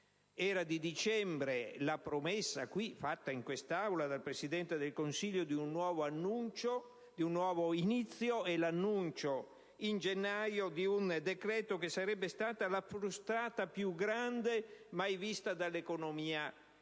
era di dicembre la promessa fatta in quest'Aula dal Presidente del Consiglio di un nuovo inizio e l'annuncio in gennaio di un decreto che sarebbe stata la frustata più grande mai vista dall'economia